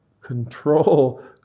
control